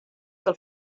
del